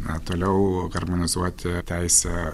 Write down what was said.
na toliau harmonizuoti teisę